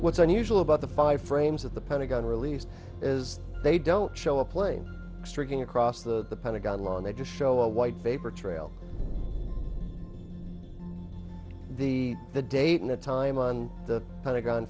what's unusual about the five frames that the pentagon released is they don't show a plane streaking across the pentagon lawn they just show a white paper trail the the date in the time on the pentagon